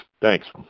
Thanks